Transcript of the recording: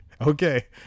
okay